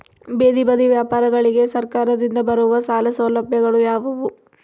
ಬೇದಿ ಬದಿ ವ್ಯಾಪಾರಗಳಿಗೆ ಸರಕಾರದಿಂದ ಬರುವ ಸಾಲ ಸೌಲಭ್ಯಗಳು ಯಾವುವು?